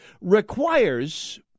requires